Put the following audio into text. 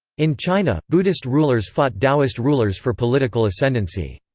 in china, buddhist rulers fought taoist rulers for political ascendancy.